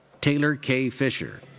taylor k. fisher.